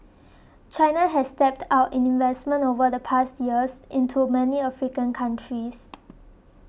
China has stepped up investment over the past years into many African countries